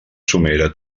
somera